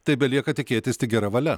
tai belieka tikėtis tik gera valia